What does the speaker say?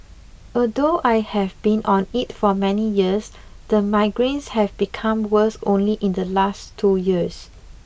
although I have been on it for many years the migraines have become worse only in the last two years